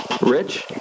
Rich